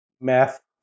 math